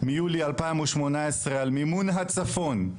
מיולי 2018 על מימון הצפון,